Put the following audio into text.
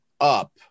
up